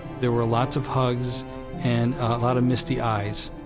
there were lots of hugs and a lot of misty eyes.